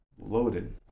loaded